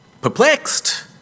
perplexed